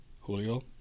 Julio